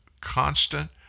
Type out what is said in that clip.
constant